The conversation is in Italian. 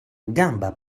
gamba